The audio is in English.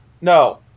No